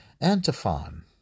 Antiphon